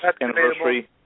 anniversary